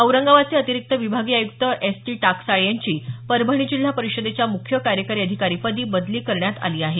औरंगाबादचे अतिरिक्त विभागीय आयुक्त एस टी टाकसाळे यांची परभणी जिल्हा परिषदेच्या मुख्य कार्यकारी अधिकारी पदी बदली करण्यात आली आहे